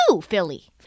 Philly